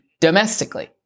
domestically